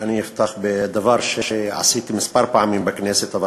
אני אפתח בדבר שעשיתי כמה פעמים בכנסת,